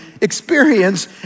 experience